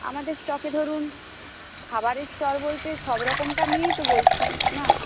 আমাদের স্টকে ধরুন খাবারের স্টল বলতে সবরকমটা নিয়েই তো বলছি না